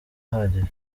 ahagije